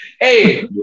Hey